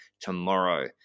tomorrow